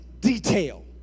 detail